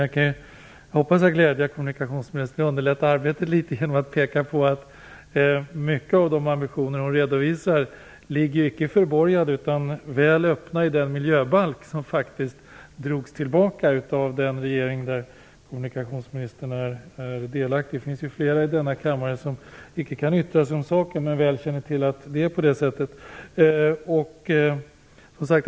Jag hoppas att jag kan glädja kommunikationsministern och underlätta arbetet litet genom att peka på att många av de ambitioner som hon redovisar icke ligger förborgade utan är väl öppna i den miljöbalk som faktiskt drogs tillbaka av den regering som kommunikationsministern är en del i. Det finns flera i denna kammare som icke kan yttra sig om saken men som väl känner till att det är på det sättet.